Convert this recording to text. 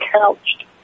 couched